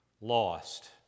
lost